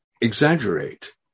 exaggerate